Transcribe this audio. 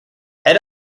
head